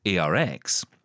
ARX